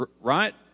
Right